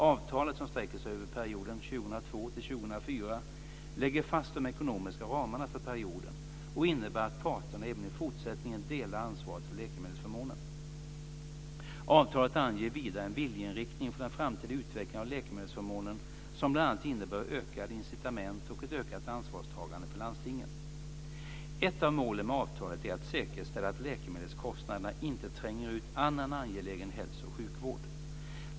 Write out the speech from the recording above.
Avtalet, som sträcker sig över perioden 2002-2004, lägger fast de ekonomiska ramarna för perioden och innebär att parterna även i fortsättningen delar ansvaret för läkemedelsförmånen. Avtalet anger vidare en viljeinriktning för den framtida utvecklingen av läkemedelsförmånen som bl.a. innebär ökade incitament och ökat ansvarstagande för landstingen. Ett av målen med avtalet är att säkerställa att läkemedelskostnaderna inte tränger ut annan angelägen hälso och sjukvård.